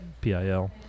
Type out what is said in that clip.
PIL